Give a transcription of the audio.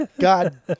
God